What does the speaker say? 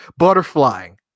Butterflying